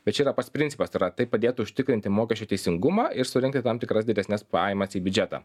bet čia yra pats principas tai ra tai padėtų užtikrinti mokesčių teisingumą ir surinkti tam tikras didesnes pajamas į biudžetą